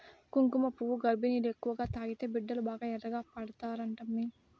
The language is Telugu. కుంకుమపువ్వు గర్భిణీలు ఎక్కువగా తాగితే బిడ్డలు బాగా ఎర్రగా పడతారంటమ్మీ